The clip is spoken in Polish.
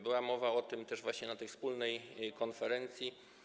Była też o tym mowa właśnie na tej wspólnej konferencji.